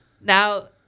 now